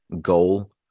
goal